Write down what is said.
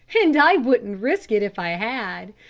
and i wouldn't risk it if i had.